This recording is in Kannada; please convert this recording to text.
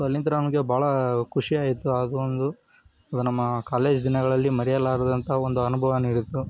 ಸೊ ಅಲ್ಲಿಂದ ನನಗೆ ಭಾಳ ಖುಷಿಯಾಯಿತು ಅದು ಒಂದು ಸೊ ನಮ್ಮ ಕಾಲೇಜು ದಿನಗಳಲ್ಲಿ ಮರೆಯಲಾರದಂಥ ಒಂದು ಅನುಭವ ನೀಡಿತ್ತು